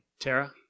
Tara